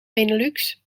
benelux